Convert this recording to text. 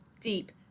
deep